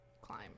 climb